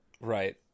right